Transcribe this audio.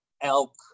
elk